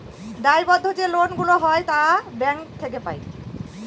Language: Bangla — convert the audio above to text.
দায়বদ্ধ যে লোন গুলা হয় তা ব্যাঙ্ক থেকে পাই